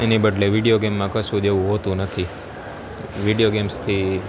એની બદલે વિડીયો ગેમમાં કશું જ એવું હોતું નથી વિડીયો ગેમ્સથી